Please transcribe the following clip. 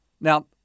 Now